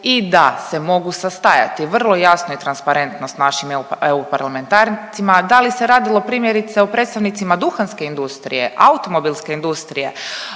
i da se mogu sastajati vrlo jasno i transparentno s našim EU parlamentarcima da li se radilo primjerice o predstavnicima duhanske industrije, automobilske industrije,